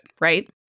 right